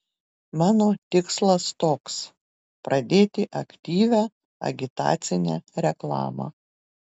mano tikslas toks pradėti aktyvią agitacinę reklamą